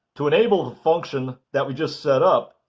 to enable the function that we just set up